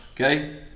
okay